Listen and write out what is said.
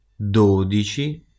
dodici